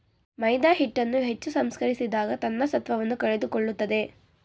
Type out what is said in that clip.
ಮೈದಾಹಿಟ್ಟನ್ನು ಹೆಚ್ಚು ಸಂಸ್ಕರಿಸಿದಾಗ ತನ್ನ ಸತ್ವವನ್ನು ಕಳೆದುಕೊಳ್ಳುತ್ತದೆ